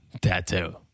tattoo